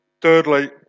Thirdly